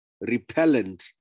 repellent